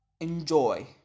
Enjoy